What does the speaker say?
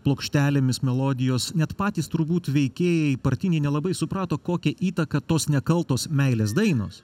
plokštelėmis melodijos net patys turbūt veikėjai partiniai nelabai suprato kokią įtaką tos nekaltos meilės dainos